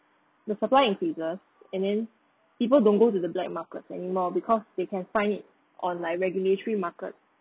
the supply increases and then people don't go to the black markets anymore because they can find it on like regulatory market